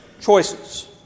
choices